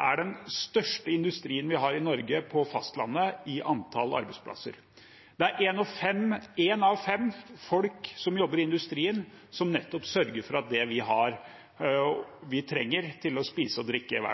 er den største industrien vi har på fastlandet i Norge i antall arbeidsplasser. Én av fem jobber i den industrien, som sørger for at vi har det vi trenger å spise og drikke